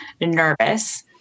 nervous